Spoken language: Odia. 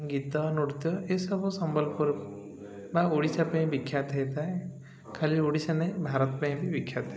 ଗୀତ ନୃତ୍ୟ ଏସବୁ ସମ୍ବଲପୁରକୁ ବା ଓଡ଼ିଶା ପାଇଁ ବିଖ୍ୟାତ ହେଇଥାଏ ଖାଲି ଓଡ଼ିଶା ନାହିଁ ଭାରତ ପାଇଁ ବି ବିଖ୍ୟାତ ଥାଏ